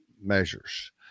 measures